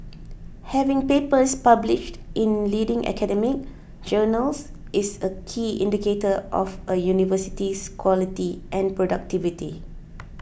having papers published in leading academic journals is a key indicator of a university's quality and productivity